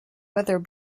weather